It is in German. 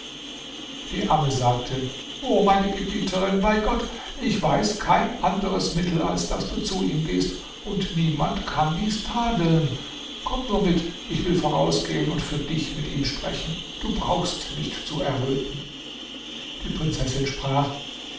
die amme sagte o meine gebieterin bei gott ich weiß kein anderes mittel als daß du zu ihm gehst und niemand kann dies tadeln komm nur mit ich will vorausgehen und für dich mit ihm sprechen du brauchst nicht zu erröten die prinzessin sprach